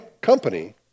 company